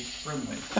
friendly